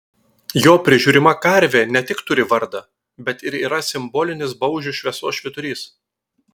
jo prižiūrima karvė ne tik turi vardą bet ir yra simbolinis baužio šviesos švyturys